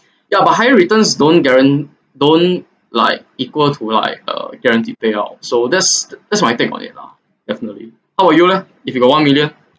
ya but higher returns don't guarant~ don't like equal to like uh guaranteed payout so that's that's my take on it lah definitely how about you leh if you got one million